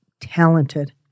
talented